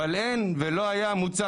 אבל אין ולא היה מוצר,